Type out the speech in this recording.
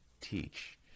teach